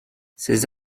ses